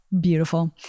beautiful